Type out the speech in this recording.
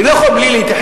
אני לא יכול בלי להתייחס,